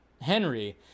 Henry